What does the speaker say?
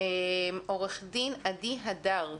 עו"ד עדי הדר,